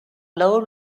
low